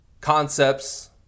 concepts